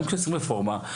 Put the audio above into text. גם כשעושים רפורמה,